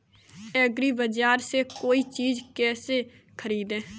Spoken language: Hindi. एग्रीबाजार से कोई चीज केसे खरीदें?